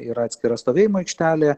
yra atskira stovėjimo aikštelė